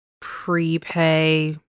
prepay